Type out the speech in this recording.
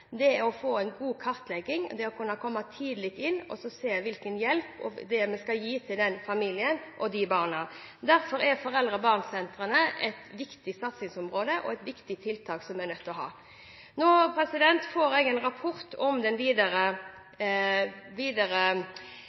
– det å få en god kartlegging, det å kunne komme tidlig inn og se hvilken hjelp en skal gi den familien og de barna. Derfor er foreldre og barn-sentrene et viktig satsingsområde og et viktig tiltak som vi er nødt til å ha. Nå får jeg en rapport om det videre